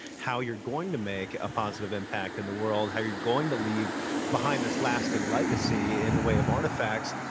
how you're going to make a positive impact in the world, how you're going to leave behind this lasting legacy in the way of artifacts,